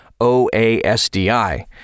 OASDI